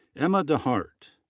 emma dehart.